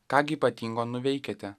ką gi ypatingo nuveikiate